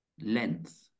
length